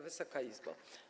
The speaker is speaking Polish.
Wysoka Izbo!